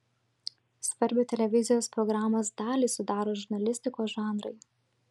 svarbią televizijos programos dalį sudaro žurnalistikos žanrai